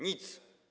Nic.